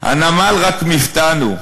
"הנמל רק מפתן הוא.